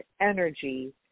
energy